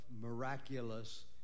miraculous